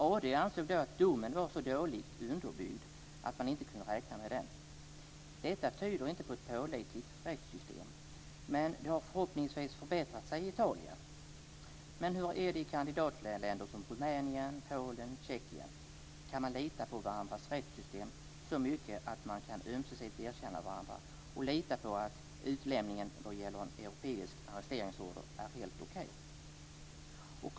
AD ansåg att domen var så dåligt underbyggd att man inte kunde räkna med den. Detta tyder inte på ett pålitligt rättssystem. Men det har förhoppningsvis förbättrats i Hur är det i kandidatländer som Rumänien, Polen och Tjeckien? Kan man lita på varandras rättssystem så mycket att man kan ömsesidigt erkänna dem och lita på att utlämningen enligt en europeisk arresteringsorder är helt okej?